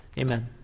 Amen